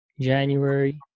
January